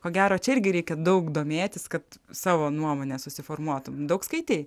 ko gero čia irgi reikia daug domėtis kad savo nuomonę susiformuotum daug skaitei